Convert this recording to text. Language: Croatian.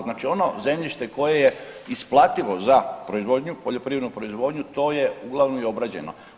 Znači ono zemljište koje je isplativo za proizvodnju, poljoprivrednu proizvodnju to je uglavnom i obrađeno.